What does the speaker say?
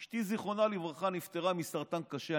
אשתי, זיכרונה לברכה, נפטרה מסרטן קשה.